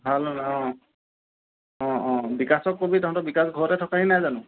ভাল নালাগে অ অ অ বিকাশক ক'বি তহঁতৰ বিকাশ ঘৰতে থকাহি নাই জানো